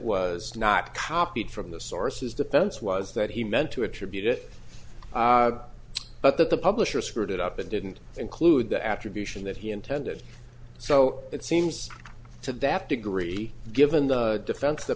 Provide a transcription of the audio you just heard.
was not copied from the sources defense was that he meant to attribute it but that the publisher screwed it up and didn't include the attribution that he intended so it seems to that degree given the defense the